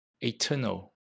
eternal